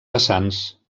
vessants